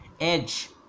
edge